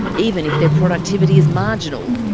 even if their productivity is marginal?